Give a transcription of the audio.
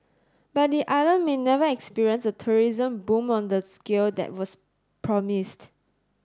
but the island may never experience a tourism boom on the scale that was promised